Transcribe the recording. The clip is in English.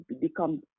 become